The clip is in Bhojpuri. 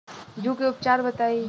जूं के उपचार बताई?